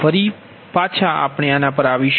તેથી ફરી પાછા આપણે આના પર આવીશું